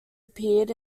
appeared